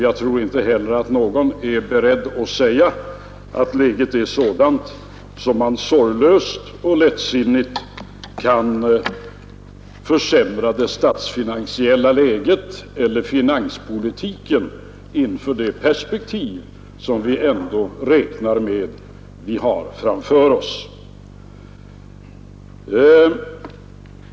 Jag tror inte heller att någon är beredd att säga att läget är sådant att man sorglöst och lättsinnigt kan försämra finanspolitiken inför det perspektiv som vi ändå räknar med att vi har framför oss.